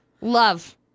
love